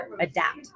adapt